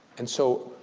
and so,